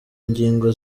ngingo